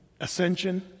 ascension